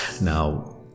Now